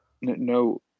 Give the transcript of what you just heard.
No